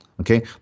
Okay